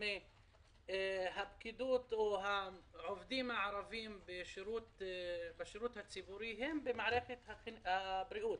60% מהעובדים הערבים בשירות הציבורי הם במערכת הבריאות.